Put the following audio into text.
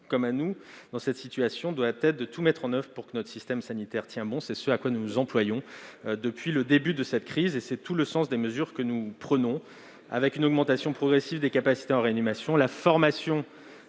comme à nous, doit être de tout mettre en oeuvre pour que notre système sanitaire tienne bon. C'est ce à quoi nous nous employons depuis le début de cette crise et c'est tout le sens des mesures que nous prenons : augmentation progressive des capacités en réanimation, formation